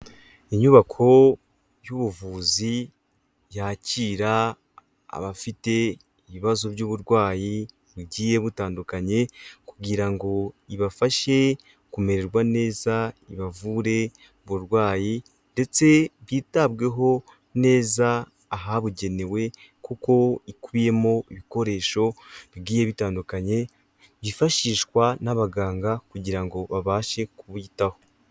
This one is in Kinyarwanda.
Inyubako y'ubuvuzi yakira abafite ibibazo by'uburwayi bugiye butandukanye, kugira ngo ibafashe kumererwa neza ibavure uburwayi ndetse bwitabweho neza ahabugenewe, kuko ikubiyemo ibikoreshogiye bitandukanye byifashishwa n'abaganga kugira ngo babashe kubwitaho.